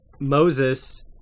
Moses